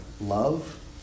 love